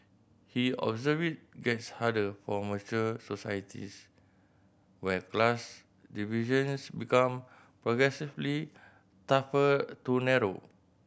he observed it gets harder for mature societies where class divisions become progressively tougher to narrow